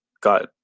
got